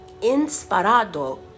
inspirado